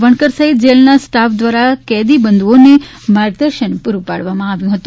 વણકર સહિત જેલનો સ્ટાફ દ્વારા કેદીઓ બંદુઓને માર્ગદર્શન પુરૂ પાડવામાં આવ્યું હતું